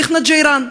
"אחנא ג'יראן",